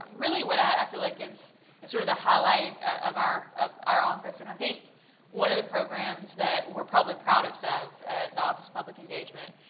really, what i feel like is and sort of the highlight of our of our office, and i think one of the programs that we're probably proudest of at the office of public engagement,